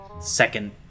second